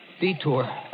Detour